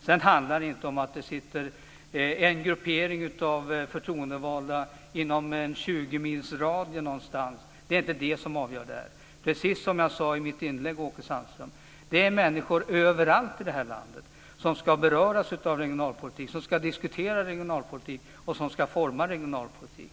Sedan handlar det inte om att det någonstans sitter en gruppering av förtroendevalda inom 20 mils radie. Det är inte det som avgör det här. Precis som jag sade i mitt inlägg, Åke Sandström, är det människor överallt i det här landet som ska beröras av regionalpolitik, som ska diskutera regionalpolitik och som ska forma regionalpolitik.